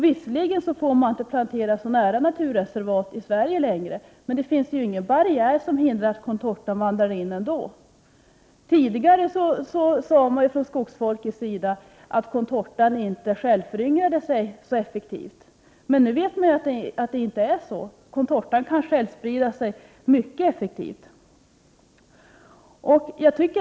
Visserligen får man inte plantera contorta så nära naturreservat i Sverige, men det finns inga barriärer som hindrar att contortan vandrar in ändå. Tidigare sade skogsfolk att contortan inte självföryngrar sig så effektivt. Nu vet man att det inte är så. Contortan kan självsprida sig mycket effektivt.